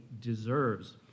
deserves